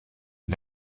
die